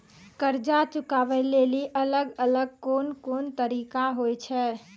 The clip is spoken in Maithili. कर्जा चुकाबै लेली अलग अलग कोन कोन तरिका होय छै?